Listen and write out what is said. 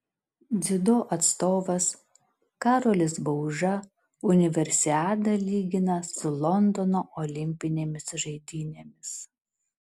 dziudo atstovas karolis bauža universiadą lygina su londono olimpinėmis žaidynėmis